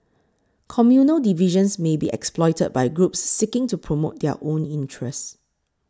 communal divisions may be exploited by groups seeking to promote their own interests